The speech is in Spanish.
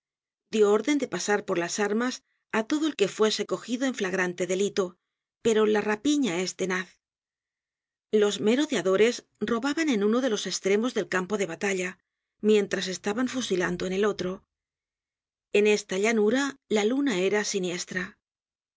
dió orden de pasar por las armas á todo el que fuese cogido en flagrante delito pero la rapiña es tenaz los merodeadores robaban en uno de los estiremos del campo de batalla mientras estaban fusilando en el otro en esta llanura la luna era siniestra